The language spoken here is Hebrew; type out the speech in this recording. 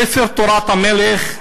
הספר "תורת המלך",